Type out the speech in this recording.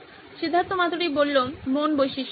সিদ্ধার্থ মাতুরি মন বৈশিষ্ট্যগুলো